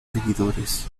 seguidores